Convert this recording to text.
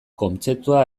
kontzeptua